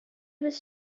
was